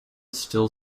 still